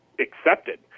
accepted